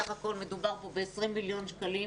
בסך הכול מדובר פה ב-20 מיליון שקלים,